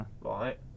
right